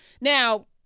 now